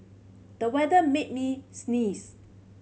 the weather made me sneeze